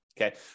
okay